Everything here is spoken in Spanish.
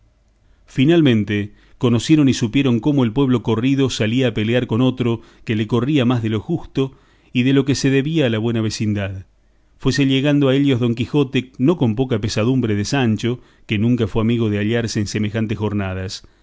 finalmente conocieron y supieron como el pueblo corrido salía a pelear con otro que le corría más de lo justo y de lo que se debía a la buena vecindad fuese llegando a ellos don quijote no con poca pesadumbre de sancho que nunca fue amigo de hallarse en semejantes jornadas